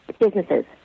businesses